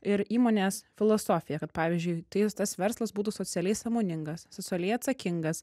ir įmonės filosofija kad pavyzdžiui tai tas verslas būtų socialiai sąmoningas socialiai atsakingas